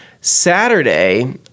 Saturday